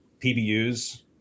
PBUs